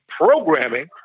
programming